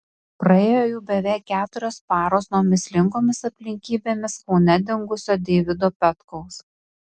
praėjo jau beveik keturios paros nuo mįslingomis aplinkybėmis kaune dingusio deivido petkaus